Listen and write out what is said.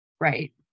Right